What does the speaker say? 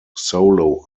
solo